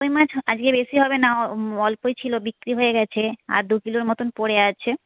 কই মাছ আজকে বেশী হবে না অল্পই ছিল বিক্রি হয়ে গেছে আর দু কিলোর মতো পড়ে আছে